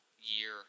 year